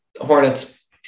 Hornets